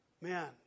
Man